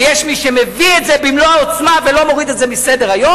ויש מי שמביא את זה במלוא העוצמה ולא מוריד את זה מסדר-היום,